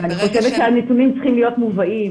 אני חושבת שהנתונים צריכים להיות מובאים.